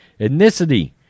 ethnicity